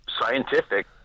scientific